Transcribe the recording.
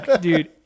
dude